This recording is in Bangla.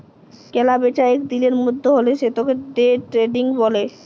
কেলা বেচা এক দিলের মধ্যে হ্যলে সেতাকে দে ট্রেডিং ব্যলে